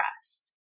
rest